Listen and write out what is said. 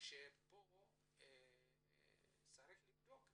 שכאן צריך לבדוק.